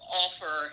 offer